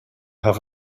have